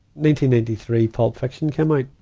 ninety ninety three pulp fiction came ah